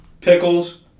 pickles